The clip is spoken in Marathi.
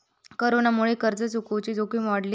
कोरोनामुळे कर्ज चुकवुची जोखीम वाढली हा